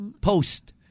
Post